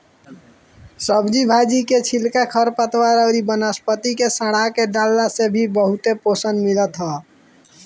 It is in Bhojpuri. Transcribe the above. सब्जी भाजी के छिलका, खरपतवार अउरी वनस्पति के सड़आ के डालला से भी बहुते पोषण मिलत ह